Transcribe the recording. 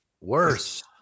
Worse